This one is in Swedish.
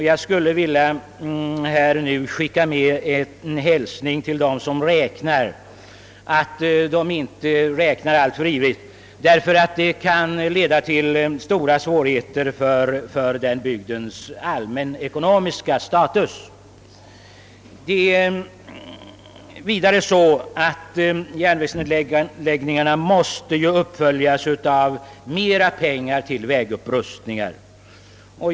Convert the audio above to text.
Jag skulle vid detta tillfälle vilja hälsa till dem som handhar denna uppgift att inte räkna alltför ivrigt, eftersom en nedläggning skulle leda till stora svårigheter för bygdens allmänna ekonomiska status. Järnvägsnedläggningarna måste vidare uppföljas med större anslag till vägupprustningar.